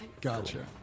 Gotcha